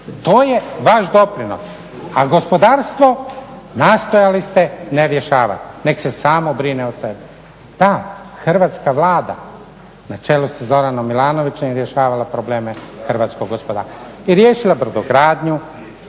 To je vaš doprinos, a gospodarstvo nastojali ste ne rješavati, nek se samo brine o sebi. Da, Hrvatska Vlada na čelu sa Zoranom Milanovićem je rješavala probleme hrvatskog gospodarstva i riješila brodogradnju